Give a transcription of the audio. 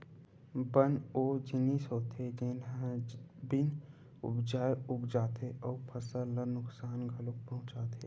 बन ओ जिनिस होथे जेन ह बिन उपजाए उग जाथे अउ फसल ल नुकसान घलोक पहुचाथे